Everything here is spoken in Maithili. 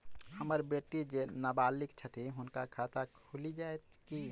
हम्मर बेटी जेँ नबालिग छथि हुनक खाता खुलि जाइत की?